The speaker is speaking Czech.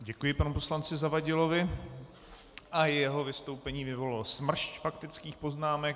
Děkuji panu poslanci Zavadilovi a i jeho vystoupení vyvolalo smršť faktických poznámek.